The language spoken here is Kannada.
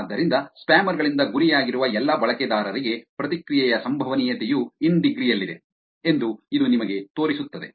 ಆದ್ದರಿಂದ ಸ್ಪ್ಯಾಮರ್ ಗಳಿಂದ ಗುರಿಯಾಗಿರುವ ಎಲ್ಲಾ ಬಳಕೆದಾರರಿಗೆ ಪ್ರತಿಕ್ರಿಯೆಯ ಸಂಭವನೀಯತೆಯು ಇನ್ ಡಿಗ್ರಿ ಯಲ್ಲಿದೆ ಎಂದು ಇದು ನಿಮಗೆ ತೋರಿಸುತ್ತದೆ